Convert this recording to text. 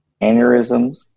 aneurysms